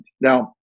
now